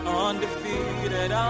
undefeated